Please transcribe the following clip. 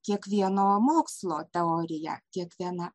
kiekvieno mokslo teorija kiekviena